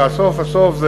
והסוף הסוף,